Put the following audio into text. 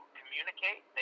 communicate